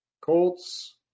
Colts